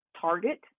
Target